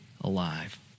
alive